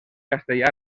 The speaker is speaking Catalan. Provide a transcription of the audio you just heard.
castellà